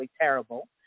terrible